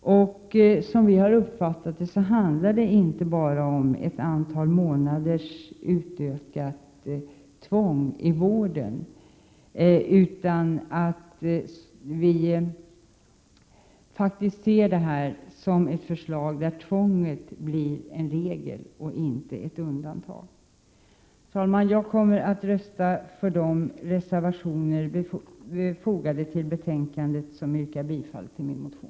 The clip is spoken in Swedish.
Vi har uppfattat saken så att det inte bara handlar om ett antal månaders utökat tvång i vården, utan vi ser faktiskt det här som ett förslag där tvånget blir en regel och inte ett undantag. Jag kommer, herr talman, att rösta för de reservationer vid betänkandet i vilka det yrkas bifall till min motion.